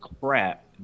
crap